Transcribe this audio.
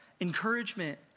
encouragement